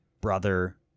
brother